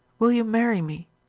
will you marry me